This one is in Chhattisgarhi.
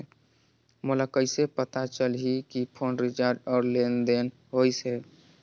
मोला कइसे पता चलही की फोन रिचार्ज और लेनदेन होइस हे?